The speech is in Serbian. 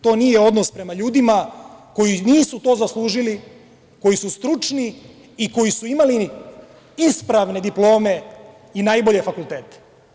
To nije odnos prema ljudima koji nisu to zaslužili, koji su stručni i koji su imali ispravne diplome i najbolje fakultete.